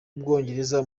bwongereza